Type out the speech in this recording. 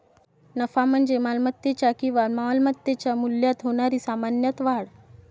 नफा म्हणजे मालमत्तेच्या किंवा मालमत्तेच्या मूल्यात होणारी सामान्य वाढ